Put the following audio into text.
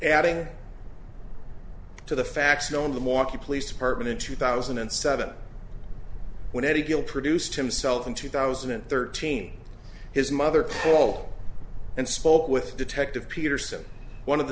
adding to the facts known the walker police department in two thousand and seven when eddie gill produced himself in two thousand and thirteen his mother paul and spoke with detective peterson one of the